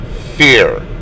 fear